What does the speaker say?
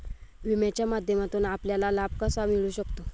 विम्याच्या माध्यमातून आपल्याला लाभ कसा मिळू शकेल?